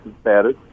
status